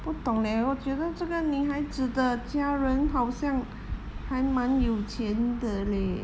不懂 leh 我觉得这个女孩子的家人好像还蛮有钱的 leh